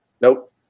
Nope